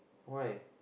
why